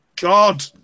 god